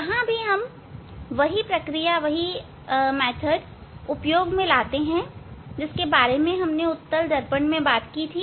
यहां भी हम वही प्रक्रिया उपयोग में लेंगे जिसके बारे में हमने उत्तल दर्पण में चर्चा की थी